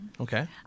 Okay